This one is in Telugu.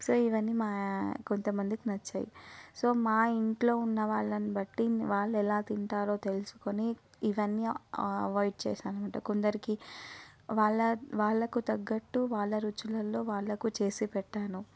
సో ఇవన్నీ కొంత మందికి నచ్చవి సో మా ఇంట్లో ఉన్న వాళ్ళని బట్టి వాళ్ళు ఎలా తింటారో తెలుసుకొని ఇవన్నీ అవాయిడ్ చేసాను అన్నమాట కొందరికి వాళ్ళ వాళ్ళకు తగ్గట్టు వాళ్ళ రుచులల్లో వాళ్ళకు చేసి పెట్టాను